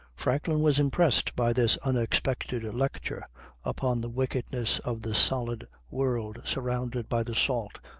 franklin was impressed by this unexpected lecture upon the wickedness of the solid world surrounded by the salt,